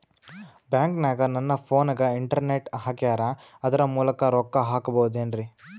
ಬ್ಯಾಂಕನಗ ನನ್ನ ಫೋನಗೆ ಇಂಟರ್ನೆಟ್ ಹಾಕ್ಯಾರ ಅದರ ಮೂಲಕ ರೊಕ್ಕ ಹಾಕಬಹುದೇನ್ರಿ?